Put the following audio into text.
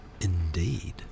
indeed